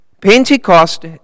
Pentecost